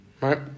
right